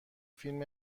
فیلم